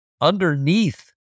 Underneath